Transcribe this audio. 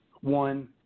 one